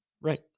right